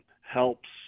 helps